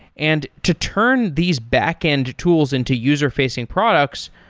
and to turn these backend tools into user-facing products,